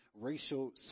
racial